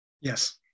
Yes